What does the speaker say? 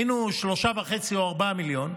היינו שלושה וחצי או ארבעה מיליון,